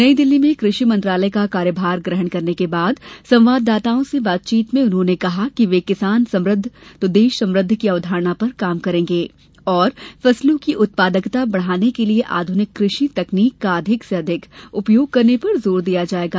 नई दिल्ली में कृषि मंत्रालय का कार्यभार ग्रहण करने के बाद संवाददाताओं से बातचीत में उन्होंने कहा कि वे किसान समुद्ध तो देश समुद्ध की अवधारणा पर काम करेंगे और फसलों की उत्पादकता बढ़ाने के लिये आध्निक कृषि तकनीक का अधिक से अधिक उपयोग करने पर जोर दिया जाएगा